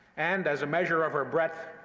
and, as a measure of her breadth,